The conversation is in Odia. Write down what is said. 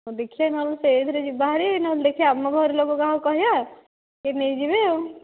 ହଉ ଦେଖିବା ନହେଲେ ସେଇଥିରେ ଯିବା ହାରି ନହେଲେ ଦେଖିବା ଆମ ଘରଲୋକ କାହାକୁ କହିବା କିଏ ନେଇଯିବେ ଆଉ